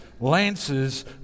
lances